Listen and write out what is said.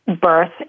birth